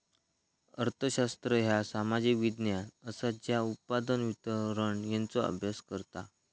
अर्थशास्त्र ह्या सामाजिक विज्ञान असा ज्या उत्पादन, वितरण यांचो अभ्यास करता